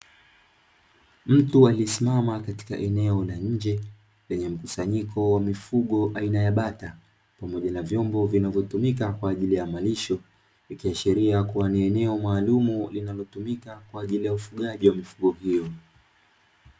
Mtu amesimama katika eneo la nje lenye mkusanyiko wa mifugo aina ya bata, pamoja na vyombo vinavyotumika kwa ajili ya malisho vikiashiria ni eneo maalumu linalotumika kwa ajili ya ufugaji wa mifugo hiyo.